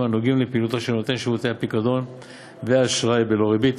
הנוגעים לפעילותו של נותן שירותי פיקדון ואשראי בלא ריבית.